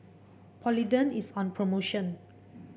Polident is on promotion